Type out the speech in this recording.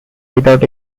without